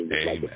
Amen